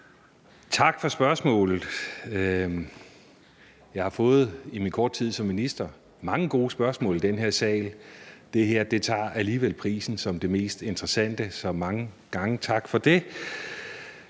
Tak for spørgsmålet. Jeg har i min korte tid som minister fået mange gode spørgsmål i den her sal. Det her tager alligevel prisen som det mest interessante, så mange gange tak for det.